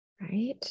right